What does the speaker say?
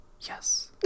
yes